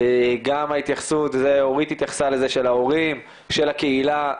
גם ההתייחסות של ההורים, של הקהילה.